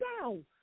down